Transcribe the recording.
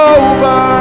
over